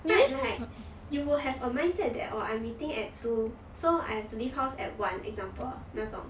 like you will have a mindset that orh I'm meeting at two so I have to leave house at one example 那种